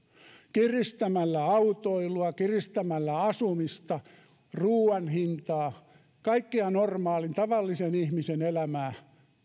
kiristämällä autoilua kiristämällä asumista ruuan hintaa normaalin tavallisen ihmisen elämää